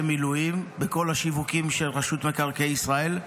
מילואים בכל השיווקים של מינהל מקרקעי ישראל,